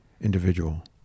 individual